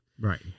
Right